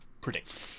predict